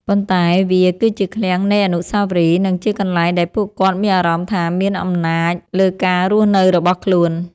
ប៉ុន្តែវាគឺជាឃ្លាំងនៃអនុស្សាវរីយ៍ និងជាកន្លែងដែលពួកគាត់មានអារម្មណ៍ថាមានអំណាចលើការរស់នៅរបស់ខ្លួន។